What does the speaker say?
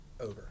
over